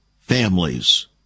families